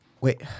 Wait